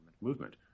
movement